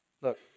Look